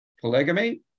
polygamy